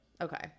Okay